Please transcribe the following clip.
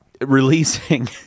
releasing